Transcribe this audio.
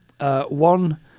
One